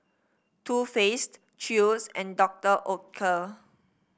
Too Faced Chew's and Doctor Oetker